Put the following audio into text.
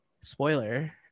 spoiler